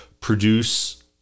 produce